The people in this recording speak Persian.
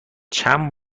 چند